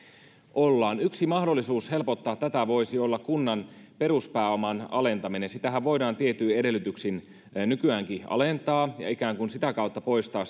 ollaan yksi mahdollisuus helpottaa tätä voisi olla kunnan peruspääoman alentaminen sitähän voidaan tietyin edellytyksin nykyäänkin alentaa ja ikään kuin sitä kautta poistaa